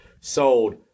sold